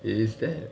it is that